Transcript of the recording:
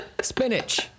spinach